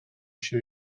się